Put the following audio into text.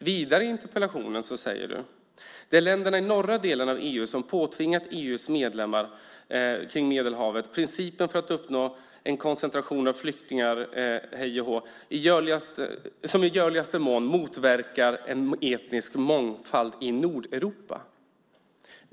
Vidare i interpellationen säger du: "Det är länderna i norra delen av EU som påtvingat EU:s medlemmar vid Medelhavet principen för att uppnå en koncentration av flyktingarna i dessa länder och i görligaste mån motverka etnisk mångfald i Nordeuropa."